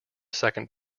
second